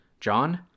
John